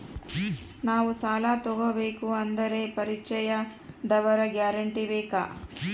ನಾವು ಸಾಲ ತೋಗಬೇಕು ಅಂದರೆ ಪರಿಚಯದವರ ಗ್ಯಾರಂಟಿ ಬೇಕಾ?